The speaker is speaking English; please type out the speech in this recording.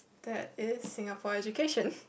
that is Singapore education